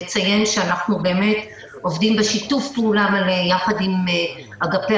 יש לציין שאנחנו עובדים בשיתוף פעולה ביחד עם אגפי